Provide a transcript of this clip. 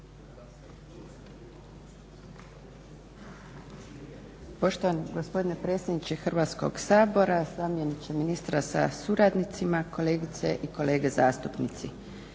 Poštovani gospodine predsjedniče Hrvatskoga sabora, zamjeniče ministra sa suradnicima, kolegice i kolege zastupnici.